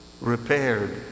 repaired